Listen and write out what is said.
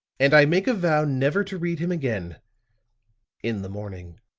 and i make a vow never to read him again in the morning.